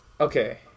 Okay